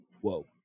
whoa